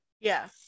Yes